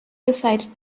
decided